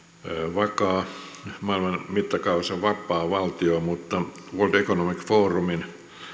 vakaa maailman mittakaavassa vakaa valtio mutta world economic forumin